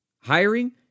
Hiring